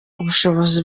ubushobozi